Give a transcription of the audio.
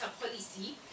policy